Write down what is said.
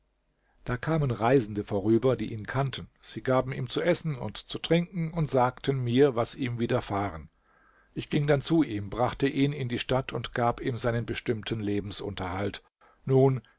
da kamen reisende vorüber die ihn kannten sie gaben ihm zu essen und zu trinken und sagten mir was ihm widerfahren ich ging dann zu ihm brachte ihn in die stadt und gab ihm seinen bestimmten lebensunterhalt nun